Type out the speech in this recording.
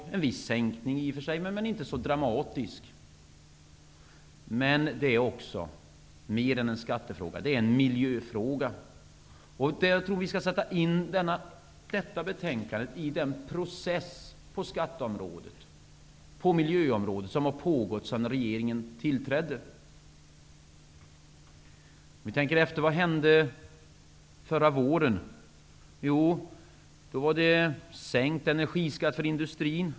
Det är i och för sig en viss sänkning, men den är inte så dramatisk. Men detta är mer än en skattefråga. Det är en miljöfråga. Jag tror att vi skall sätta in detta betänkande i den process på skatteområdet och miljöområdet som har pågått sedan regeringen tillträdde. Vad hände förra våren? Jo, då sänktes energiskatten för industrin.